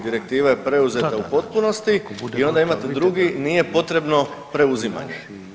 Direktiva je preuzeta u potpunosti i onda imate drugi nije potrebno preuzimanje.